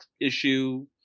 issue